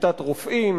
שביתת רופאים,